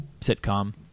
sitcom